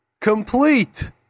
complete